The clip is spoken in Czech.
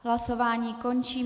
Hlasování končím.